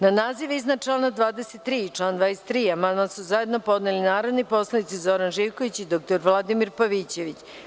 Na naziv iznadčlana 23. i član 23. amandman su zajedno podneli narodni poslanici Zoran Živković i dr Vladimir Pavićević.